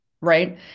Right